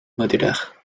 moederdag